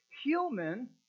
human